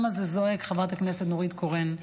חברת הכנסת נורית קורן.